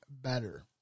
better